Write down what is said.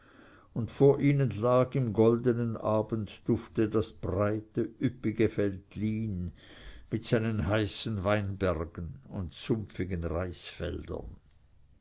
und vor ihnen lag im goldenen abenddufte das breite üppige veltlin mit seinen heißen weinbergen und sumpfigen reisfeldern